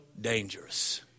dangerous